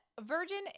Virgin